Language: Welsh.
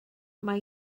mae